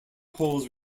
poll